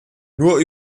nur